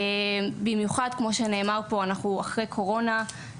במיוחד כמו שנאמר פה אחרי קורונה,